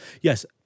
Yes